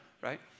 right